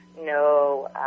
no